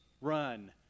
run